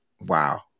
Wow